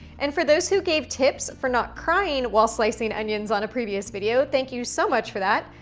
and for those who gave tips for not crying while slicing onions on a previous video, thank you so much for that.